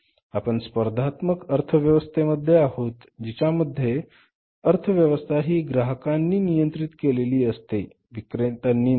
आपण स्पर्धात्मक अर्थव्यवस्थेमध्ये आहोत जिच्यामध्ये अर्थव्यवस्था ही ग्राहकांनी नियंत्रित केलेली असते विक्रेत्यांनी नाही